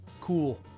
Cool